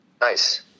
Nice